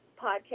podcast